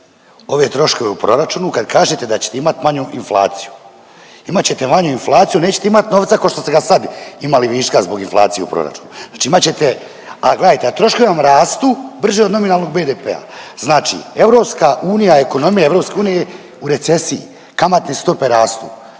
ove troškove u proračunu kad kažete da ćete imat manju inflaciju? Imat ćete manju inflaciju, nećete imat novca košto ste ga sad imali viška zbog inflacije u proračunu. Znači imat ćete, a gledajte, a troškovi vam rastu brže od nominalnog BDP-a. Znači EU i ekonomija EU je u recesiji, kamatne stope rastu.